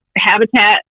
habitat